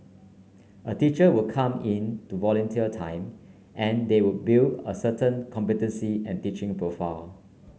a teacher would come in to volunteer time and they will build a certain competency and teaching profile